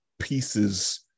pieces